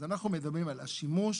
אז אנחנו מדברים על השימוש,